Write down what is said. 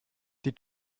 die